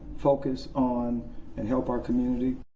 focus on and help our community.